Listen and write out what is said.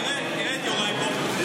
תראה, תראה את יוראי פה.